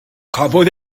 cafodd